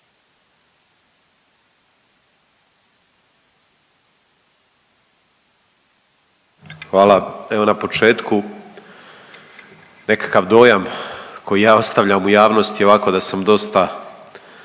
Hvala. Evo, na početku, nekakav dojam koji ja ostavljam u javnosti ovako da sam dosta